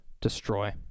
destroy